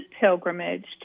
pilgrimage